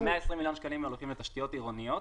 ה-120 מיליון שקלים האלה הולכים לתשתיות עירוניות.